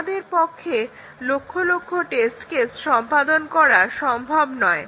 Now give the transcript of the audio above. আমাদের পক্ষে লক্ষ লক্ষ টেস্ট কেস সম্পাদন করা সম্ভব নয়